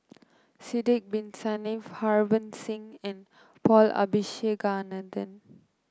Sidek Bin Saniff Harbans Singh and Paul Abisheganaden